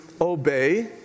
obey